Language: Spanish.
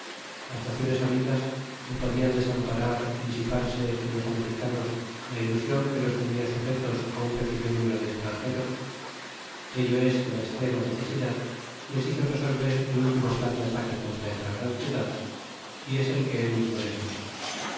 tas naciones amigas le podian desamparar y disiparse en los americanos la ilusion que los tvnia sujetos un pequeño número de estranjeros ello es que la estrema necesidad le lizo resolver el ultimo plan de ataque contra esta gran cind y es el que el mismo declara